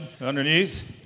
underneath